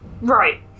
Right